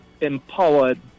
empowered